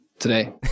today